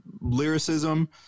lyricism